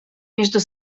между